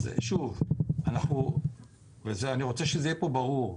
אני רוצה שיהיה פה ברור,